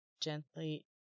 gently